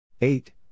Eight